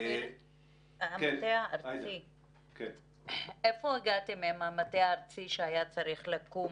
עד היכן הגעתם עם המטה הארצי היה צריך לקום